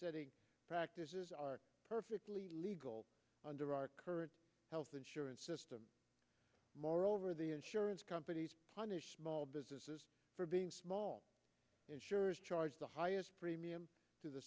rates practices are perfectly legal under our current health insurance system moreover the insurance companies punish small businesses for being small insurers charge the highest premium to the